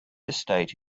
estate